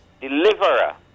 deliverer